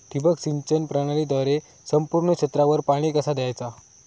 ठिबक सिंचन प्रणालीद्वारे संपूर्ण क्षेत्रावर पाणी कसा दयाचा?